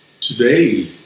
today